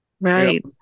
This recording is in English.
right